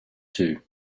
too